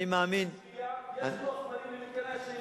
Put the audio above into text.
יש לוח זמנים למתקני השהייה?